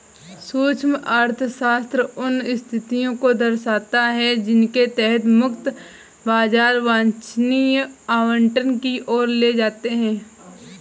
सूक्ष्म अर्थशास्त्र उन स्थितियों को दर्शाता है जिनके तहत मुक्त बाजार वांछनीय आवंटन की ओर ले जाते हैं